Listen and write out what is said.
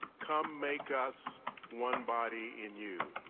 come make us one body in you.